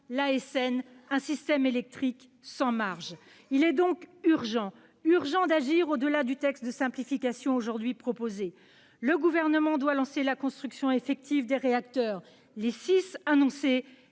un système électrique « sans marge ». Il est donc urgent d'agir, au-delà du texte de simplification proposé. Le Gouvernement doit lancer la construction effective des réacteurs, les six annoncés